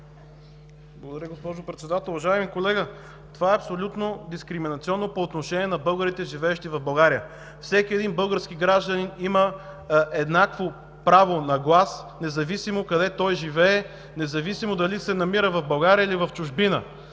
Благодаря, госпожо Председател. Уважаеми колега, това е абсолютно дискриминационно по отношение на българите, живеещи в България. Всеки един български гражданин има еднакво право на глас, независимо къде той живее, независимо дали се намира в България или в чужбина,